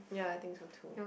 yeah I think so too